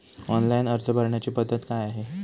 Online अर्ज भरण्याची पद्धत काय आहे?